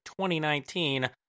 2019